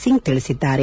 ಸಿಂಗ್ ತಿಳಿಸಿದ್ದಾರೆ